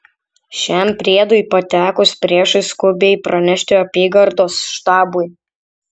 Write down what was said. šiam priedui patekus priešui skubiai pranešti apygardos štabui